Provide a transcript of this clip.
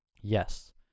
yes